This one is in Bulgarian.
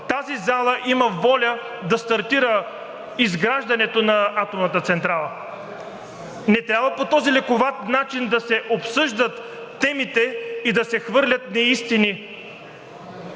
тази зала има воля да стартира изграждането на атомната централа. Не трябва по този лековат начин да се обсъждат темите и да се хвърлят неистини.